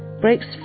breaks